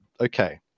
okay